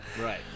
right